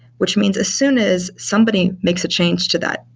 which means as soon as somebody makes a change to that,